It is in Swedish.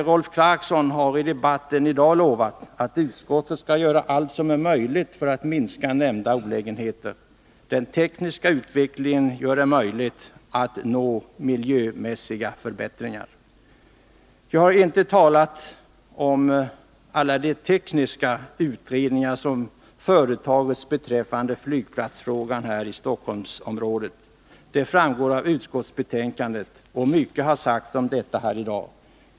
Rolf Clarkson har i debatten i dag lovat, att utskottet skall göra allt som är möjligt för att minska nämnda olägenheter. Den tekniska utvecklingen gör det möjligt att nå miljömässiga förbättringar. Jag har inte talat om alla de tekniska utredningar som företagits beträffande flygplatsfrågan i Stockholmsområdet. De redovisas i utskottsbetänkandet, och mycket har sagts om detta här i dag.